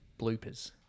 bloopers